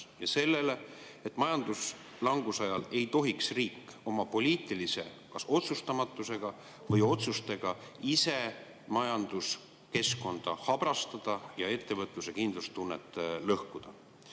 ja sellele, et majanduslanguse ajal ei tohiks riik oma poliitiliste otsustega või ka otsustamatusega ise meie majanduskeskkonda habrastada ja ettevõtluse kindlustunnet lõhkuda.